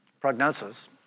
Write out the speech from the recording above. prognosis